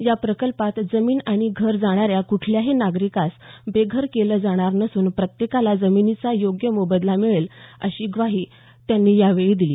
या प्रकल्पात जमीन किंवा घर जाणाऱ्या कुठल्याही नागरिकास बेघर केलं जाणार नसून प्रत्येकाला जमिनीचा योग्य मोबदला मिळेल अशी ग्वाही त्यांनी यावेळी दिली